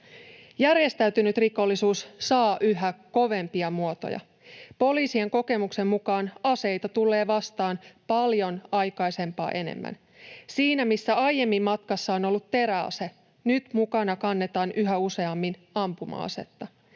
Järjestäytynyt rikollisuus saa yhä kovempia muotoja. Poliisien kokemuksen mukaan aseita tulee vastaan paljon aikaisempaa enemmän. Siinä, missä aiemmin matkassa on ollut teräase, nyt mukana kannetaan yhä useammin ampuma-asetta.